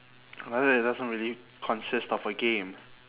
like that it doesn't really consist of a game